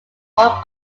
all